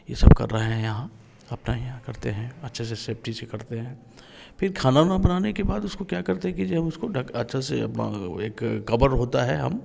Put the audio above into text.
यह सब कर रहे हैं यहाँ अपना यहाँ करते हैं अच्छे से सेफ्टी से करते हैं फिर खाना वाना बनाने के बाद उसको क्या करते हैं कि जब उसको ढक अच्छे से एक कवर होता है हम